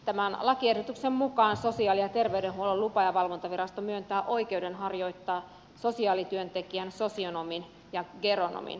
tämän lakiehdotuksen mukaan sosiaali ja terveydenhuollon lupa ja valvontavirasto myöntää oikeuden harjoittaa sosiaalityöntekijän sosionomin ja geronomin ammattia